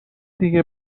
دیگه